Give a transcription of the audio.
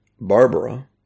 Barbara